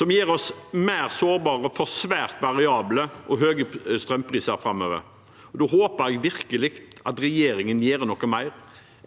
som gjør oss mer sårbare for svært va riable og høye strømpriser framover. Da håper jeg virkelig at regjeringen gjør noe mer